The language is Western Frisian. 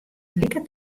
liket